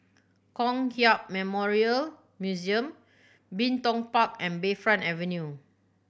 Kong Hiap Memorial Museum Bin Tong Park and Bayfront Avenue